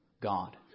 God